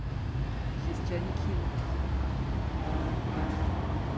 she's jennie kim